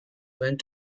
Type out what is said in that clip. went